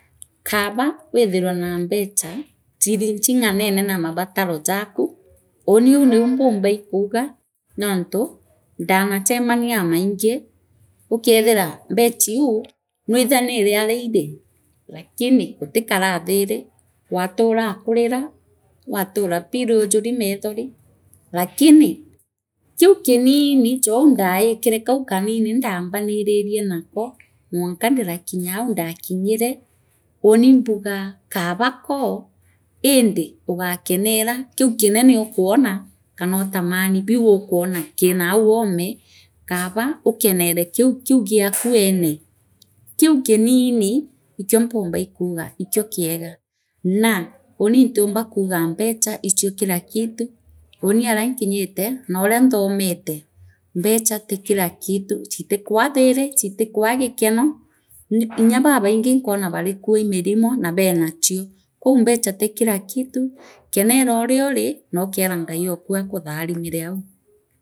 Kaaba withirwe naa mbeeha siith ching’anene naa mabatano jaaku uu uu niu mpumbaa ikuugaa nontu ndanachemania aa maingi ukethira mbechaiu nwithaniire aria iri lakini utikaraathiiri waaturaa kurira watura pillow yujuri methori lakini kiu kinini clou ndaikire kau kanini ndaambanirine nakaa mwanka ndirakinyaa ndakinyire uuni imbugaa kaabako indi ugakenera kiu kinene okwona kanootamani biu ukwona kii naa oome Kaaba ukenere kiu kiu giaku weene kiu kinini ikio mpumba ikuuga ikio kiega naa Uuni ntiumba kuuga mbecha ichio kila uuni aria nkinyite noorianthoomete mbecha ti kila kitu chitikwaa thiiri chitikwaa gikeno n nya babaingi inkwona bagikwua ii mirimo naa benachio kou mbecha ti kila kitu konera ooriori nookera ngai oku akutharimire au.